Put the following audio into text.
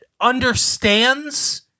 understands